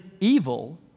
evil